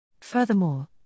Furthermore